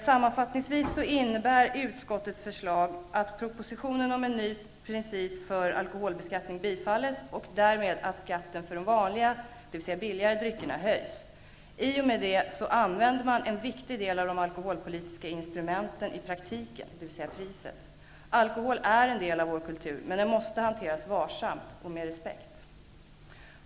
Sammanfattningsvis innebär utskottets förslag att propositionen om en ny princip för alkoholbeskattning bifalles och att därmed skatten för de vanliga, dvs. billigare dryckerna höjs. I och med detta används en viktig del av de alkoholpolitiska instrumenten i praktiken, dvs. priset. Alkohol är en del av vår kultur, men den måste hanteras varsamt och med respekt.